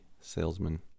salesman